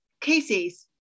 cases